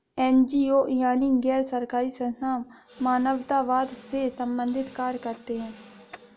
NGO यानी गैर सरकारी संस्थान मानवतावाद से संबंधित कार्य करते हैं